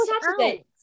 Saturday